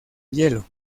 hielo